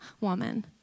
woman